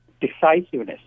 decisiveness